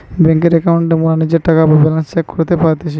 বেংকের একাউন্টে মোরা নিজের টাকা বা ব্যালান্স চেক করতে পারতেছি